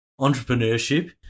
entrepreneurship